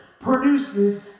produces